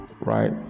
right